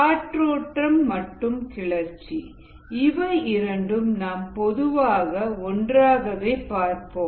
காற்றோட்டம் மற்றும் கிளர்ச்சி இவை இரண்டையும் நாம் பொதுவாக ஒன்றாகவே பார்ப்போம்